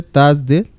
Thursday